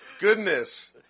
Goodness